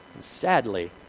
sadly